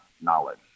knowledge